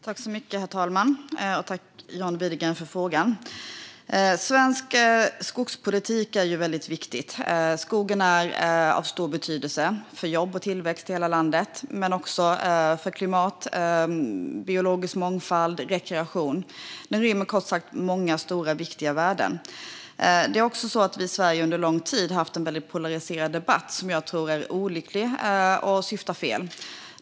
Herr talman! Jag tackar John Widegren för frågan. Svensk skogspolitik är viktig. Skogen är av stor betydelse för jobb och tillväxt i hela landet, för klimat, biologisk mångfald och rekreation. Den rymmer, kort sagt, många stora och viktiga värden. Vi har i Sverige under lång tid haft en polariserad debatt, som jag tror är olycklig och syftar fel.